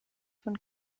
von